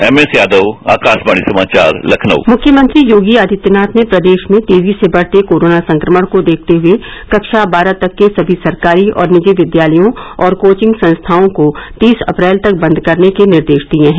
MS Yadav Akashvani समाचार लखनऊ मुख्यमंत्री योगी आदित्यनाथ ने प्रदेश में तेजी से बढ़ते कोरोना संक्रमण को देखते हुए कक्षा बारह तक के सभी सरकारी और निजी विद्यालयों और कोचिंग संस्थाओं को तीस अप्रैल तक बंद करने के निर्देश दिए हैं